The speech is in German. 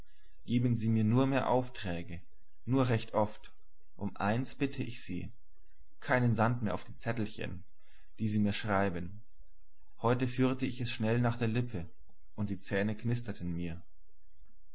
geben sie mir nur mehr aufträge nur recht oft um eins bitte ich sie keinen sand mehr auf die zettelchen die sie mir schreiben heute führte ich es schnell nach der lippe und die zähne knisterten mir